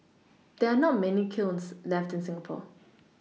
there are not many kilns left in Singapore